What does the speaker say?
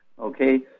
okay